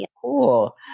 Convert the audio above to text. cool